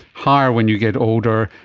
higher when you get older,